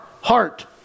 heart